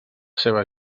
seva